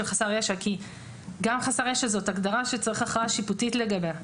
חסר ישע כי גם חסר ישע זאת הגדרה שצריך הכרעה שיפוטית לגביה.